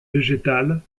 végétales